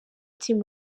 team